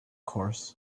course